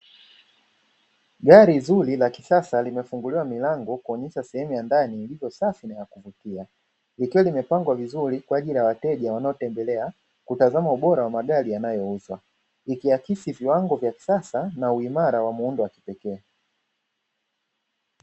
Gari zuri la kisasa limefunguliwa milango kuonesha sehemu ya ndani ilivyosafi na ya kuvutia, ikiwa limepangwa vizuri kwaajili ya wateja wanaotembelea kutazama ubora wa magari yanayouzwa, ikiakisi viwango vya kisasa na uimara wa muundo wa kipekee.